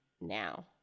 now